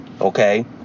okay